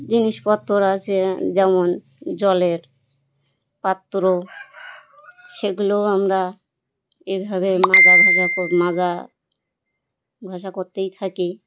জিনিসপত্র আছে যেমন জলের পাত্র সেগুলোও আমরা এ ভাবে মাজা ঘষা মাজা ঘষা করতেই থাকি